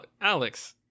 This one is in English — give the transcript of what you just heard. Alex